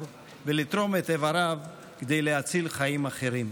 ולתרום את איבריו כדי להציל חיים אחרים.